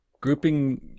grouping